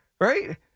right